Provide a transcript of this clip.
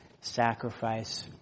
sacrifice